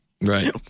Right